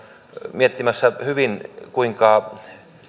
miettimässä hyvin kuinka